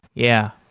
yeah.